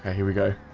here we go.